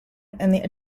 and